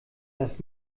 das